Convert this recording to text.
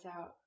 out